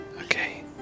Okay